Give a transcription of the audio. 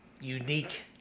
unique